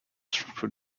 through